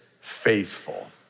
faithful